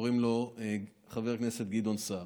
קוראים לו חבר הכנסת גדעון סער.